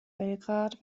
belgrad